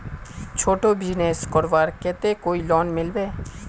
छोटो बिजनेस करवार केते कोई लोन मिलबे?